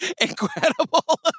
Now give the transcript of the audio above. incredible